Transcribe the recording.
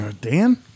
Dan